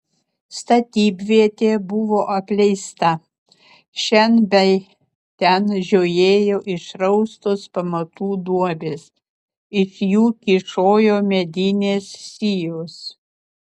statybvietė buvo apleista šen bei ten žiojėjo išraustos pamatų duobės iš jų kyšojo medinės sijos